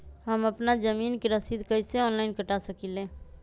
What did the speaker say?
हम अपना जमीन के रसीद कईसे ऑनलाइन कटा सकिले?